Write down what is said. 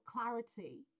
clarity